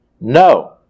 No